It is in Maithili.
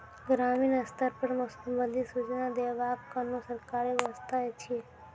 ग्रामीण स्तर पर मौसम संबंधित सूचना देवाक कुनू सरकारी व्यवस्था ऐछि?